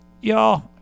y'all